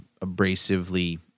abrasively